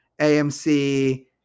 AMC